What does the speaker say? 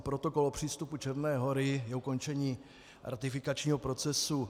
Protokol o přístupu Černé Hory je ukončení ratifikačního procesu.